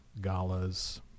galas